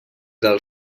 del